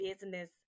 business